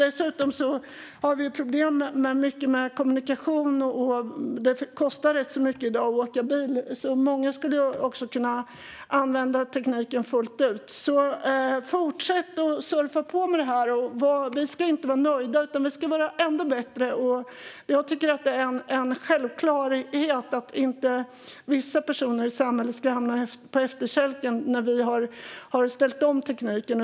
Dessutom har vi ju stora problem med kommunikationer, och det kostar rätt mycket i dag att åka bil. Många skulle kunna använda tekniken fullt ut. Så fortsätt att surfa på med detta! Men vi ska inte vara nöjda, utan vi ska vara ännu bättre. Jag tycker att det är en självklarhet att vissa personer i samhället inte ska hamna på efterkälken när vi har ställt om tekniken.